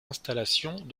installations